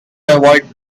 avoid